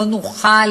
לא נוכל